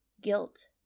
guilt